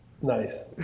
Nice